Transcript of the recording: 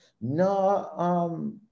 No